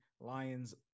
Lions